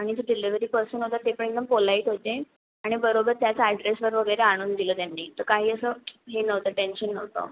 आणि तो delivery person होता ते पण एकदम पोलाईट होते आणि बरोबर त्याच ॲड्रेसवर वगैरे आणून दिलं त्यांनी तर काही असं हे नव्हतं टेंशन नव्हतं